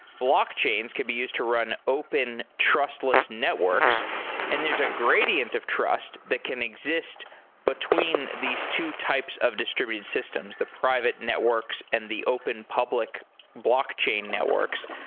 blockchains could be used to run open trustless networks and there's a gradient of trust that can exist between these two types of distributed systems the private networks and the open public blockchain networks.